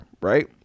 right